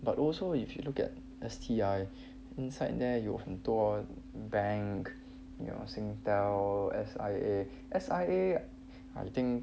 but also if you look at S_T_I inside there 有很多 bank your Singtel S_I_A S_I_A I think